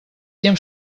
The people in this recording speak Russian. тем